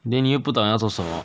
then 你又不懂要做什么